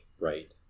Right